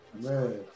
Man